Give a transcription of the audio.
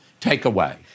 takeaway